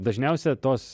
dažniausia tos